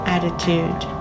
Attitude